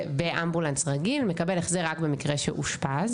באמבולנס רגיל, מקבל החזר רק במקרה שאושפז.